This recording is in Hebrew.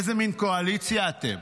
איזו מן קואליציה אתם?